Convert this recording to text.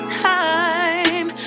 time